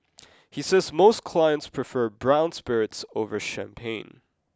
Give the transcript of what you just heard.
he says most clients prefer brown spirits over champagne